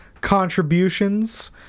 contributions